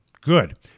Good